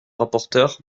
rapporteure